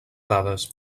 dades